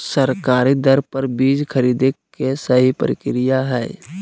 सरकारी दर पर बीज खरीदें के सही प्रक्रिया की हय?